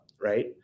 right